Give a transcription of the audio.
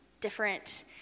different